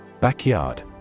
Backyard